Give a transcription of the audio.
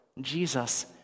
Jesus